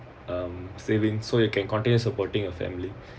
um saving so you can continue supporting your family